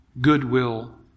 goodwill